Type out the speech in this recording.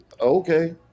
okay